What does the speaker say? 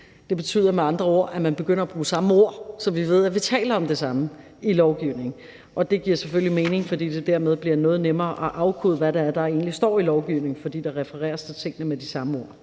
Det betyder med andre ord, at man begynder at bruge samme ord, så vi ved, at vi taler om det samme i lovgivningen. Det giver selvfølgelig mening, fordi det dermed bliver noget nemmere at afkode, hvad der egentlig står i lovgivningen, fordi der refereres til tingene med de samme ord.